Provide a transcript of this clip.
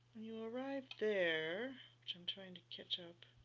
you arrive there which i'm trying to catch up